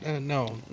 no